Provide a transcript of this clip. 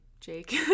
jake